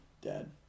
dad